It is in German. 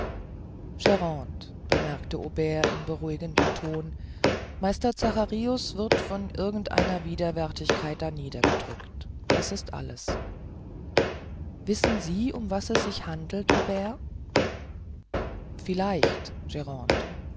bemerkte aubert in beruhigendem ton meister zacharius wird von irgend einer widerwärtigkeit darniedergedrückt das ist alles wissen sie um was es sich handelt aubert vielleicht